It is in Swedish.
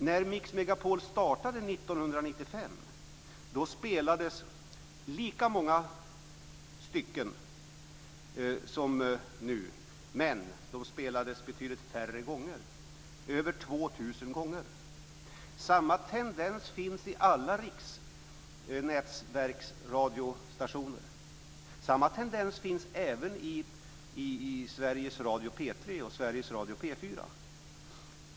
När Mix Megapol startade 1995 spelades lika många stycken som nu, men de spelades betydligt färre gånger, drygt 2 000 gånger. Samma tendens finns i alla rikstäckande nätverksradiostationer, och samma tendens finns även i Sveriges Radios P3 och P4.